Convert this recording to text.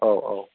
औ औ